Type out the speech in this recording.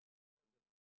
what's the